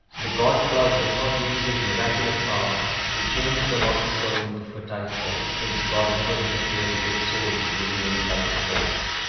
the god-cloud does not use his miraculous power to change the rocky soil into fertile soil since god never interferes with souls using any type of force.